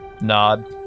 nod